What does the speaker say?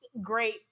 great